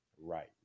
Right